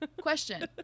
Question